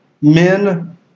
men